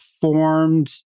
formed